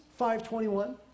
5.21